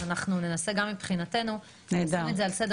אז אנחנו ננסה גם מבחינתנו לשים את זה על סדר